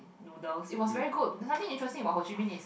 noodles it was very good something interesting about Ho Chi Minh is